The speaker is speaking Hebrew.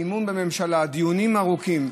אי-אמון בממשלה, דיונים ארוכים.